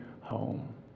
home